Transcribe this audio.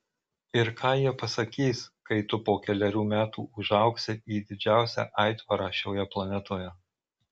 ir ką jie pasakys kai tu po kelerių metų užaugsi į didžiausią aitvarą šioje planetoje